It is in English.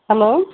hello